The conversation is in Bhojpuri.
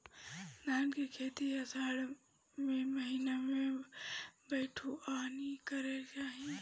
धान के खेती आषाढ़ के महीना में बइठुअनी कइल जाला?